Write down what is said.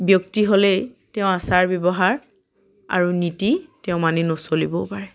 ব্যক্তি হ'লেই তেওঁ আচাৰ ব্যৱহাৰ আৰু নীতি তেওঁ মানি নচলিবও পাৰে